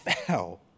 foul